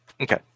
okay